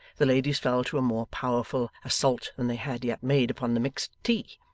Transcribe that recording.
the ladies fell to a more powerful assault than they had yet made upon the mixed tea,